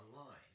online